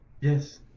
Yes